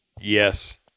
Yes